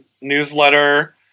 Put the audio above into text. newsletter